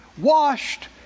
washed